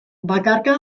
bakarka